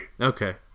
Okay